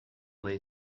lay